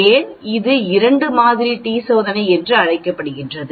ஏன் இது இரண்டு மாதிரி டி சோதனை என்று அழைக்கப்படுகிறது